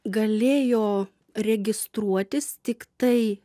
galėjo registruotis tiktai